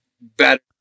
better